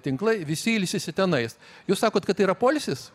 tinklai visi ilsisi tenais jūs sakot kad tai yra poilsis